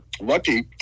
lucky